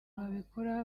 babikora